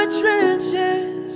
trenches